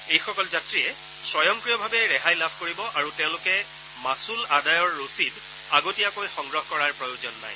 এইসকল যাত্ৰীয়ে স্বয়ংক্ৰিয়ভাৱে ৰেহাই লাভ কৰিব আৰু তেওঁলোকে মাচুল আদায়ৰ ৰচিদ আগতীয়াকৈ সংগ্ৰহ কৰাৰ প্ৰয়োজন নাই